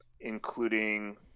including